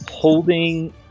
Holding